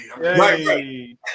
hey